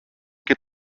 και